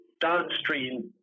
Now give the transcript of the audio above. downstream